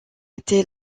était